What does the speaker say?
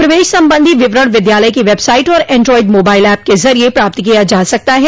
प्रवेश संबंधी विवरण विद्यालय की वेबसाइट और एंडोएड मोबाइल ऐप के जरिए प्राप्त किया जा सकता है